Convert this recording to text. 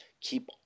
keep